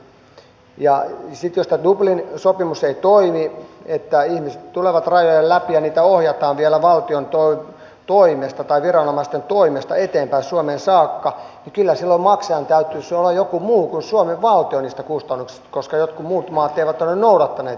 sitten jos tämä dublin sopimus ei toimi ja ihmiset tulevat rajojen läpi ja heitä ohjataan vielä valtion tai viranomaisten toimesta eteenpäin suomeen saakka niin kyllä silloin maksajan täytyisi olla joku muu kuin suomen valtio niistä kustannuksista koska jotkut muut maat eivät ole noudattaneet niitä sopimuksia